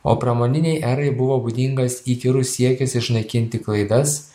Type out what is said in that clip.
o pramoninei erai buvo būdingas įkyrus siekis išnaikinti klaidas